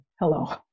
Hello